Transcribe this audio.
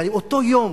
ואותו יום,